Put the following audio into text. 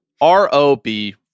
R-O-B